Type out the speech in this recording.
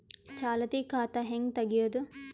ಚಾಲತಿ ಖಾತಾ ಹೆಂಗ್ ತಗೆಯದು?